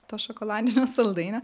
to šokoladinio saldainio